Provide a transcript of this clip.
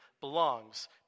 belongs